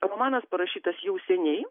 romanas parašytas jau seniai